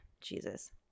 jesus